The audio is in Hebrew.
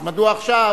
אז מדוע עכשיו